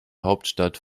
hauptstadt